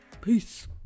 Peace